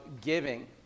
giving